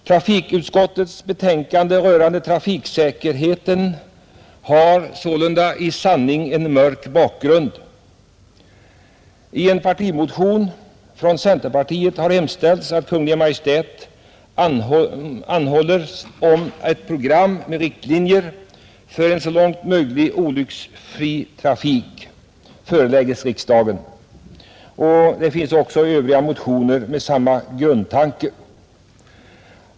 Trafikutskottets betänkande rörande trafiksäkerheten har sålunda i sanning en mörk bakgrund, I en partimotion från centerpartiet har hemställts att riksdagen hos Kungl. Maj:t anhåller om att ett program med riktlinjer för en så långt möjligt olycksfri trafik förelägges riksdagen, och det finns också andra motioner med samma grundtanke.